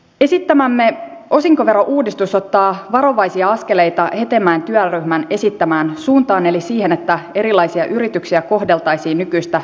esittämämme osinkoverouudistus ottaa varovaisia askeleita hetemäen työryhmän esittämään suuntaan eli siihen että erilaisia yrityksiä kohdeltaisiin nykyistä yhdenvertaisemmin verotuksessa